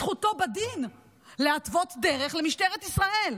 זכותו בדין להתוות דרך למשטרת ישראל,